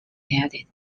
added